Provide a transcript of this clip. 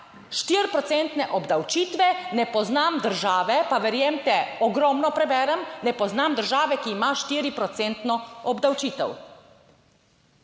obdavčitve, ne poznam države, pa verjemite, ogromno preberem, ne poznam države, ki ima štiri